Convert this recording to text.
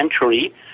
century